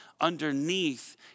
underneath